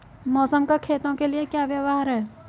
मौसम का खेतों के लिये क्या व्यवहार है?